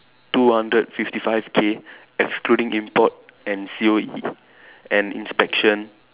two hundred fifty five K excluding import and C_O_E and inspection